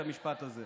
את המשפט הזה.